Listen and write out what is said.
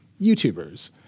YouTubers